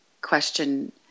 question